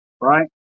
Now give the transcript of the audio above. right